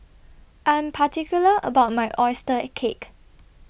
I Am particular about My Oyster Cake